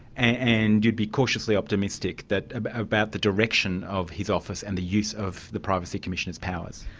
and you'd be cautiously optimistic that, about the direction of his office and the use of the privacy commissioner's powers?